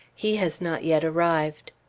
he has not yet arrived.